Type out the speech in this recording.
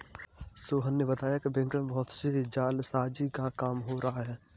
सोहन ने बताया कि बैंक में बहुत से जालसाजी का काम हो रहा है